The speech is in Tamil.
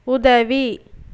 உதவி